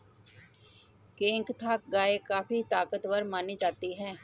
केंकथा गाय काफी ताकतवर मानी जाती है